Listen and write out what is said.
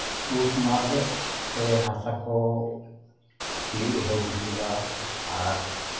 ᱯᱩᱥ ᱢᱟᱜᱽ ᱛᱮ ᱦᱟᱥᱟ ᱠᱚ ᱥᱤᱭᱳᱜ ᱮᱦᱚᱵ ᱦᱩᱭᱩᱜᱼᱟ ᱟᱨ